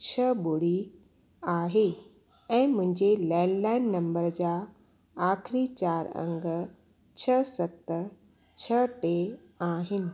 छह ॿुड़ी आहे ऐं मुंहिंजे लैंडलाइन नंबर जा आखिरीं चारि अंङ छह सत छह टे आहिनि